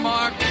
Mark